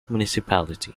municipality